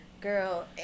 girl